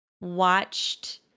watched